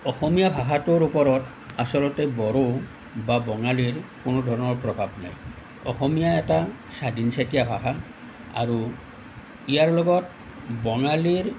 অসমীয়া ভাষাটোৰ ওপৰত আচলতে বড়ো বা বঙালীৰ কোনো ধৰণৰ প্ৰভাৱ নাই অসমীয়া এটা স্বাধীনচিতীয়া ভাষা আৰু ইয়াৰ লগত বঙালীৰ